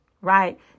right